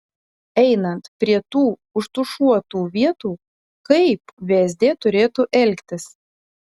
einant prie tų užtušuotų vietų kaip vsd turėtų elgtis